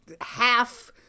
half